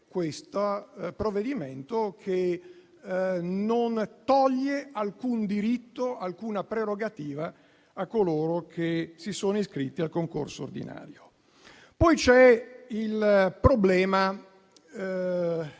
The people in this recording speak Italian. questo provvedimento, che non toglie alcun diritto e alcuna prerogativa a coloro che si sono iscritti al concorso ordinario. C'è poi il problema